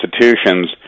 institutions